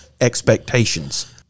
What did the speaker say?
expectations